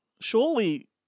Surely